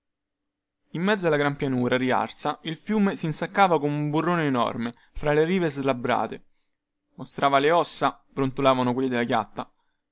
in mezzo alla gran pianura riarsa il fiume sinsaccava come un burrone enorme fra le rive slabbrate mostrava le ossa brontolavano quelli della chiatta